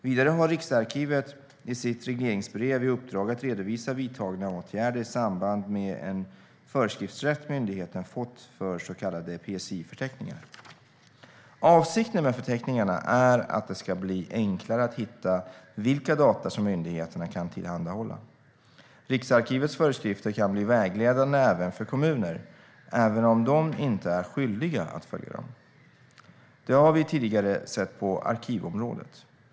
Vidare har Riksarkivet i sitt regleringsbrev fått i uppdrag att redovisa vidtagna åtgärder i samband med den föreskriftsrätt myndigheten har fått för så kallade PSI-förteckningar. Avsikten med förteckningarna är att det ska bli enklare att hitta vilka data som myndigheterna kan tillhandahålla. Riksarkivets föreskrifter kan bli vägledande också för kommuner även om de inte är skyldiga att följa dem. Det har vi tidigare sett på arkivområdet.